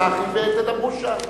צחי, ותדברו שם.